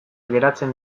geratzen